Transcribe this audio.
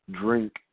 drink